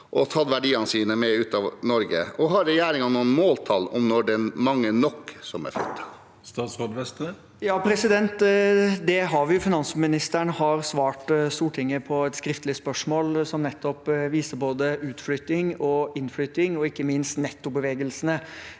og tatt verdiene sine med ut av Norge, og har regjeringen noen måltall om når det er mange nok som har flyttet? Statsråd Jan Christian Vestre Det har vi. Finansministeren har svart Stortinget på et skriftlig spørsmål som nettopp viser både utflytting og innflytting, og ikke minst nettobevegelsene